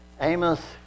Amos